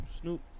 Snoop